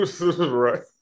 Right